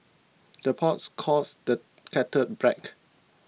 the pots calls the kettle black